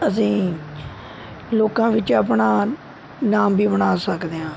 ਅਸੀਂ ਲੋਕਾਂ ਵਿੱਚ ਆਪਣਾ ਨਾਮ ਵੀ ਬਣਾ ਸਕਦੇ ਹਾਂ